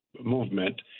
movement